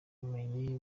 ubumenyi